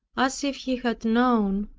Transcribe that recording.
as if he had known,